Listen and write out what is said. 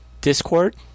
Discord